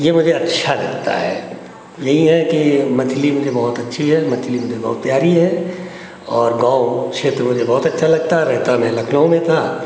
यह मुझे अच्छा लगता है यही है कि मछली मुझे बहुत अच्छी है मछली मुझे बहुत प्यारी है और गाँव क्षेत्र मुझे बहुत अच्छा लगता है रहता मैं लखनऊ में था